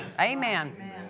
Amen